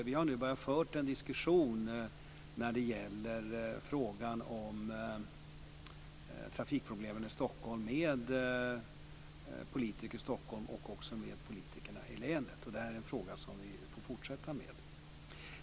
Vi har nu börjat föra en diskussion när det gäller frågan om trafikproblemen i Stockholm med politiker här och även med politikerna i länet. Detta är en fråga som vi får fortsätta med.